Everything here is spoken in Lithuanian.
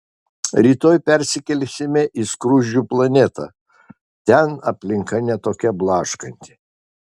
rytoj persikelsime į skruzdžių planetą ten aplinka ne tokia blaškanti